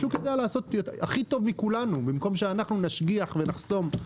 השוק יודע לעשות הכי טוב מכולנו במקום שאנחנו נשגיח ונחסום.